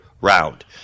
round